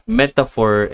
metaphor